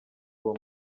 uwo